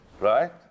right